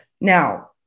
Now